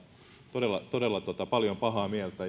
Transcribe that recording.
todella todella paljon pahaa mieltä